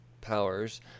powers